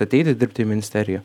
ateiti dirbti į ministeriją